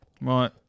Right